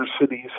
cities